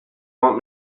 want